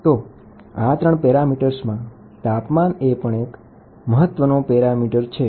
તો આ ત્રણ પેરામીટર્સમાં તાપમાન એ પણ એક મહત્વનો પેરામીટર છે